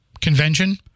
convention